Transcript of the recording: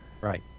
Right